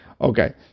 okay